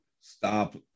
stop